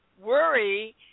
worry